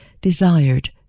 desired